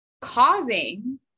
causing